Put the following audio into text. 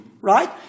Right